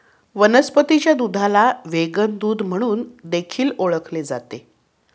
वनस्पतीच्या दुधाला व्हेगन दूध म्हणून देखील ओळखले जाते